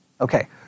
Okay